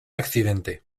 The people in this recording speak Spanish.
accidente